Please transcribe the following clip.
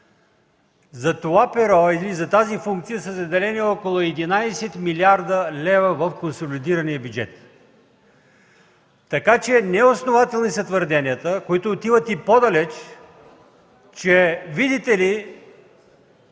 за тази функция са заделени около 11 милиарда лева в консолидирания бюджет. Така че неоснователни са твърденията, които отиват и по-далеч – че, видите ли,